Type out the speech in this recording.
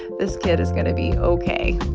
this kid is going to be ok.